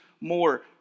more